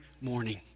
morning